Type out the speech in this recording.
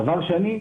דבר שני,